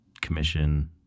commission